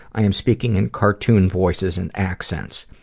i am speaking in cartoon voices and accents.